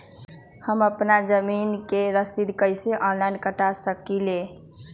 हम अपना जमीन के रसीद कईसे ऑनलाइन कटा सकिले?